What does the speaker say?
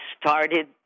started